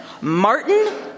Martin